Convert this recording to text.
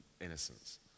innocence